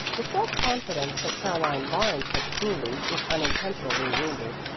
the self-confidence that caroline barnes had cruelly, if unintentionally wounded,